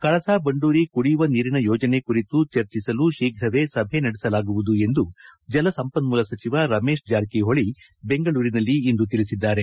ಕಳಸಾ ಬಂಡೂರಿ ಕುಡಿಯುವ ನೀರಿನ ಯೋಜನೆ ಕುರಿತು ಚರ್ಚಿಸಲು ಶೀಘವೇ ಸಭೆ ನಡೆಸಲಾಗುವುದು ಎಂದು ಜಲಸಂಪನ್ನೂಲ ಸಚಿವ ರಮೇಶ್ ಜಾರಕಿಹೊಳಿ ಬೆಂಗಳೂರಿನಲ್ಲಿಂದು ತಿಳಿಸಿದ್ದಾರೆ